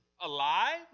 alive